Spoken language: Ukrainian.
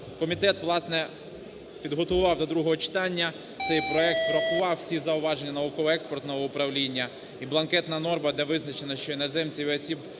Комітет, власне, підготував до другого читання цей проект, врахував всі зауваження науково-експертного управління. І бланкетна норма, де визначено, що іноземців і осіб